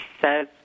says